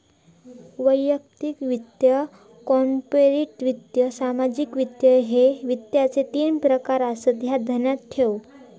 वैयक्तिक वित्त, कॉर्पोरेट वित्त, सार्वजनिक वित्त, ह्ये वित्ताचे तीन प्रकार आसत, ह्या ध्यानात ठेव